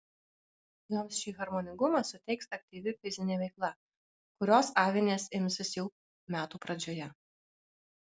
joms šį harmoningumą suteiks aktyvi fizinė veikla kurios avinės imsis jau metų pradžioje